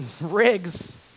rigs